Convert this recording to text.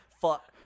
fuck